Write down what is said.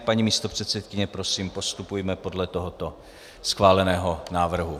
Paní místopředsedkyně, prosím, postupujme podle tohoto schváleného návrhu.